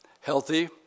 healthy